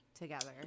together